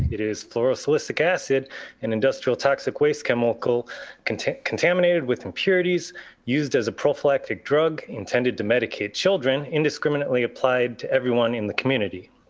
it is florasoulistic acid and industrial toxic waste chemical content contaminated with impurities used as a prophylactic drug intended to medicate children indiscriminately applied to everyone in the community.